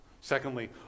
Secondly